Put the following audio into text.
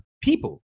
people